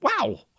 Wow